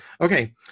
okay